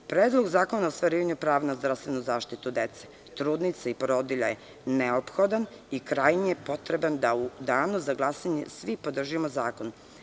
Predlog zakona o ostvarivanju prava na zdravstvenu zaštitu dece, trudnica i porodilja je neophodan i krajnje potreban da u danu za glasanje svi podržimo zakon.